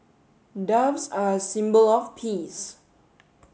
doves are a symbol of peace